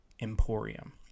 Emporium